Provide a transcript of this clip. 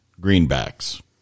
greenbacks